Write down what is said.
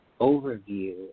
overview